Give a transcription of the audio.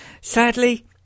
sadly